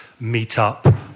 meetup